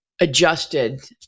adjusted